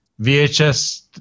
VHS